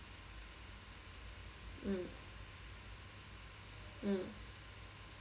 mm mm